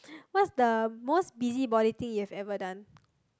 what's the most busybody thing you have ever done